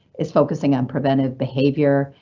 is focusing on preventive behavior.